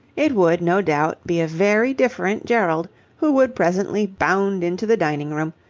it would, no doubt, be a very different gerald who would presently bound into the dining-room,